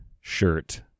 shirt